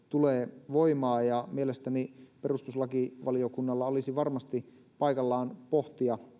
tulee voimaan ja mielestäni perustuslakivaliokunnalla olisi varmasti paikallaan pohtia